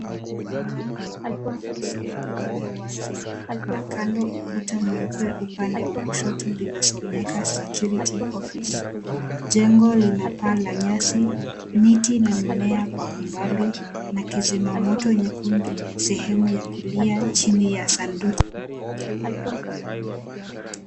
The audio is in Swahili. Mlango wa ofisi lililo wazi na kando ukuta mweupe upande wa kushoto linasomeka security office. Jengo lina paa la nyasi, miti na mimea kwa umbali na kizima moto nyekundu sehemu ya kulia chini ya sanduku ndogo nyekundu.